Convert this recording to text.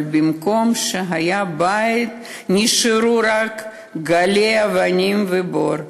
אבל במקום שהיה בית נשארו רק גלי אבנים ובור.